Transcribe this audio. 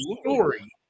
story